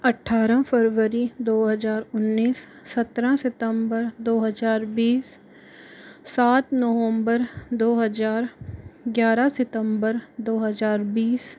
अठारह फरवरी दो हज़ार उन्नीस सत्रह सितंबर दो हज़ार बीस सात नवम्बर दो हज़ार ग्यारह सितंबर दो हज़ार बीस